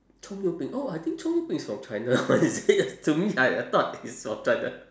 葱油饼 oh I think 葱油饼 is from china one is it to me I I thought it's from china